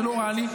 זה לא רע לי,